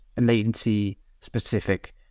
latency-specific